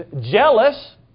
Jealous